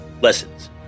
Lessons